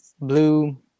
blue